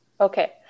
Okay